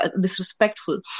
disrespectful